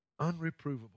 Unreprovable